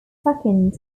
second